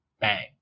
Bang